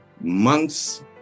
months